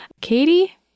Katie